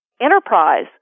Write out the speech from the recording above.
Enterprise